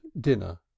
dinner